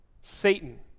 Satan